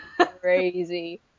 Crazy